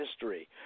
history